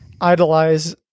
idolize